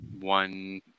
one